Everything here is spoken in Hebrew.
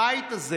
הבית הזה